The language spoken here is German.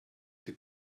die